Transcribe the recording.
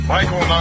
Michael